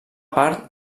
part